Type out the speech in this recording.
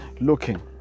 looking